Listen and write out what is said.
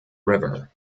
river